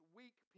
weak